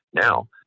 Now